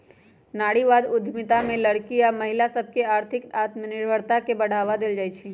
नारीवाद उद्यमिता में लइरकि आऽ महिला सभके आर्थिक आत्मनिर्भरता के बढ़वा देल जाइ छइ